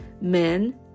men